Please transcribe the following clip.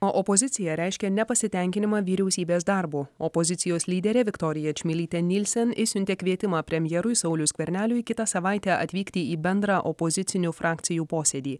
o opozicija reiškia nepasitenkinimą vyriausybės darbu opozicijos lyderė viktorija čmilytė nilsen išsiuntė kvietimą premjerui sauliui skverneliui kitą savaitę atvykti į bendrą opozicinių frakcijų posėdį